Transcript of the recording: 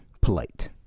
polite